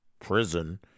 prison